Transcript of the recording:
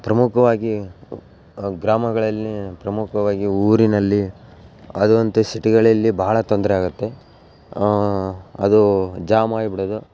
ಪ್ರಮುಖವಾಗಿ ಗ್ರಾಮಗಳಲ್ಲಿ ಪ್ರಮುಖವಾಗಿ ಊರಿನಲ್ಲಿ ಅದು ವಂತೆ ಸಿಟಿಗಳೆಲ್ಲಿ ಭಾಳ ತೊಂದರೆ ಆಗುತ್ತೆ ಅದು ಜಾಮಾಗ್ ಬಿಡೋದು